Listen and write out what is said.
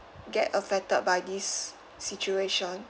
get affected by this situation